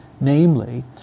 namely